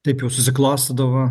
taip jau susiklostydavo